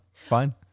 Fine